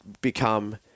become